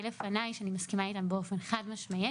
לפניי שאני מסכימה איתם באופן חד-משמעי.